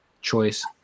choice